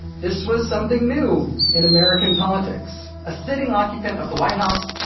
this was something new in american politics a sitting occupant of the white house.